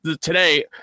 today